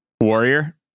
warrior